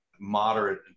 moderate